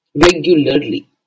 regularly